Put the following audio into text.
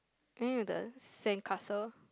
any of the sandcastle